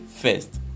first